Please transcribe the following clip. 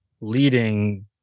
leading